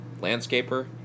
Landscaper